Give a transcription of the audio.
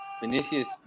Vinicius